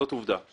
זאת עובדה.